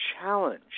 challenge